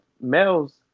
males